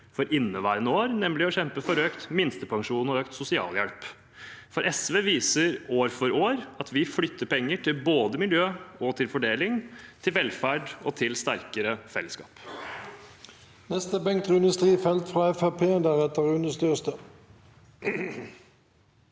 for inneværende år, nemlig å kjempe for økt minstepensjon og økt sosialhjelp. SV viser år for år at vi flytter penger både til miljø og til fordeling, til velferd og til sterkere felleskap. Bengt Rune Strifeldt (FrP) Fremskritts-